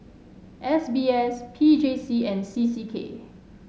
S B S P J C and C C K